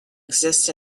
exists